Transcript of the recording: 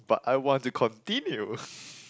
but I want to continue